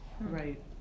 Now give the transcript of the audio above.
right